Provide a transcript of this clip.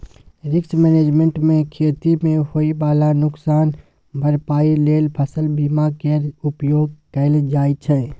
risk management मे खेती मे होइ बला नोकसानक भरपाइ लेल फसल बीमा केर उपयोग कएल जाइ छै